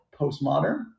postmodern